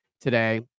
today